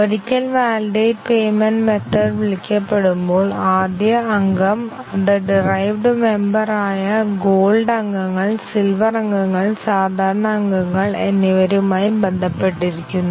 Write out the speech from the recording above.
ഒരിക്കൽ validate payment method വിളിക്കപ്പെടുമ്പോൾ ആദ്യം അംഗം അത് ഡിറൈവ്ഡ് മെംബർ ആയ ഗോൾഡ് അംഗങ്ങൾ സിൽവർ അംഗങ്ങൾ സാധാരണ അംഗങ്ങൾ എന്നിവരുമായി ബന്ധപ്പെട്ടിരിക്കുന്നു